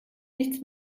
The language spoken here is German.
nichts